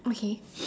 okay